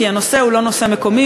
כי הנושא הוא לא נושא מקומי,